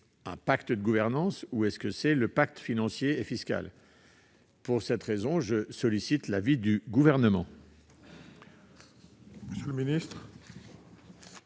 du pacte de gouvernance ou du pacte financier et fiscal ? Pour cette raison, je sollicite l'avis du Gouvernement.